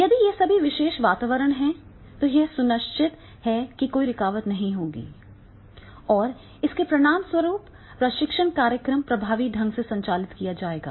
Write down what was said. यदि ये सभी विशेष वातावरण हैं तो यह निश्चित है तो कोई रुकावट नहीं होगी और इसके परिणामस्वरूप प्रशिक्षण कार्यक्रम प्रभावी ढंग से संचालित किया जाएगा